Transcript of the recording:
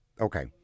Okay